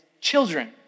children